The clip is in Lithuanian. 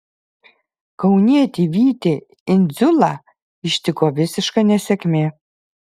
kaunietį vytį indziulą ištiko visiška nesėkmė